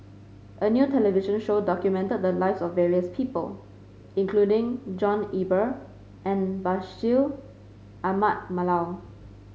a new television show documented the lives of various people including John Eber and Bashir Ahmad Mallal